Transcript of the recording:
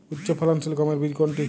উচ্চফলনশীল গমের বীজ কোনটি?